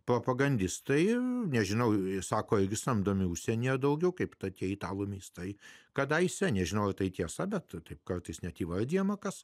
propagandistai nežinau sako jeigu samdome užsienyje daugiau kaip take italų meistrai kadaise nežinojo tai tiesa bet taip kartais net įvardijama kas